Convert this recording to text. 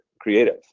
creative